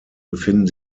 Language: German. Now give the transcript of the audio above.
befinden